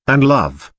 and love,